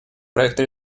проекта